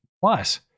Plus